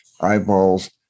eyeballs